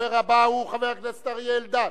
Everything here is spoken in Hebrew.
הדובר הבא הוא חבר הכנסת אריה אלדד,